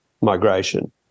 migration